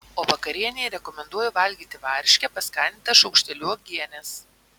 o vakarienei rekomenduoju valgyti varškę paskanintą šaukšteliu uogienės